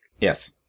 Yes